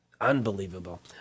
Unbelievable